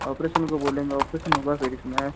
operation का बोलेंगे operation होगा फिर इसमें